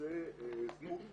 בנושא זנות,